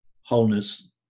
wholeness